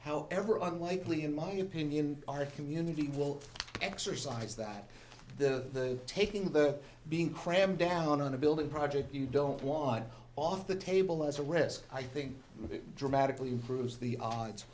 however unlikely in my opinion our community will exercise that the taking of the being crammed down on a building project you don't want off the table as a risk i think dramatically improves the odds